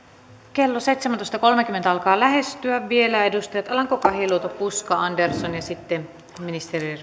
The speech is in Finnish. kello seitsemäntoista kolmekymmentä alkaa lähestyä vielä edustajat alanko kahiluoto puska andersson ja sitten ministeri